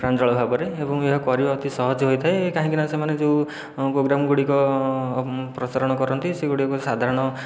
ପ୍ରାଞ୍ଜଳ ଭାବରେ ଏବଂ ଏହା କରିବା ଅତି ସହଜ ହୋଇଥାଏ କାହିଁକିନା ସେମାନେ ଯେଉଁ ପ୍ରୋଗ୍ରାମ୍ ଗୁଡ଼ିକ ପ୍ରସାରଣ କରନ୍ତି ସେଗୁଡ଼ିକୁ ସାଧାରଣ